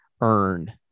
earn